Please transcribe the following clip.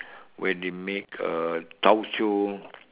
when they make uh tauco